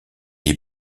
est